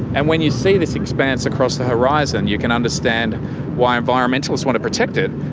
and when you see this expanse across the horizon you can understand why environmentalists want to protect it.